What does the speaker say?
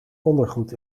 ondergoed